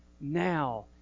now